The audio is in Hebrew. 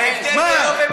מה?